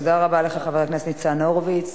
תודה רבה לך, חבר הכנסת ניצן הורוביץ.